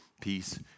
peace